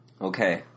Okay